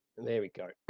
and there we go,